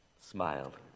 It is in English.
smiled